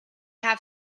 have